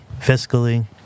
fiscally